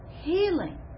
healing